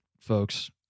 folks